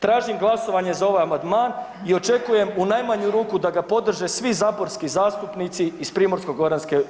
Tražim glasovanje za ovaj amandman i očekujem u najmanju ruku da ga podrže svi saborski zastupnici iz Primorsko-goranske županije.